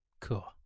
Cool